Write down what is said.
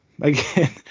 again